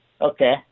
Okay